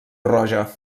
roja